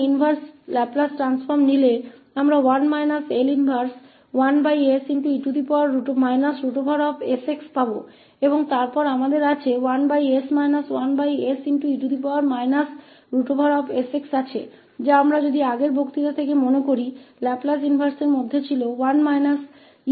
तो उलटा Laplace transform लेते हुए हमें 1 L 11se sx मिलेगा और फिर हमारे पास 1s 1se sx होगा जिसे अगर हम पिछले व्याख्यान से याद करते हैं तो इसका लाप्लास उलटा1 erf था